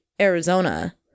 Arizona